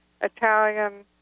Italian